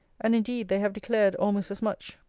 and, indeed, they have declared almost as much.